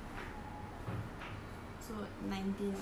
so nineteen of september